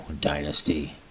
Dynasty